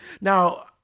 now